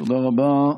תודה רבה.